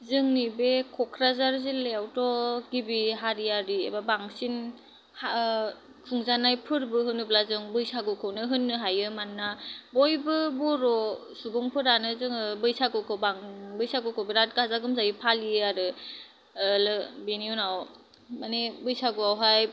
जोंनि बे क'क्राझार जिल्लायाव थ गिबि हारियारि बा बांसिन खुंजानाय फोरबो होनोब्ला जों बैसागुखौनो होन्नो हायो मानोना बयबो बर' सुबुंफोरानो जोंङो बैसागुखौ बां बैसागुखौ बिराद गाजा गुमजायै फालियो आरो बेनि उनाव माने बैसागुआव हाय